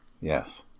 Yes